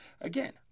again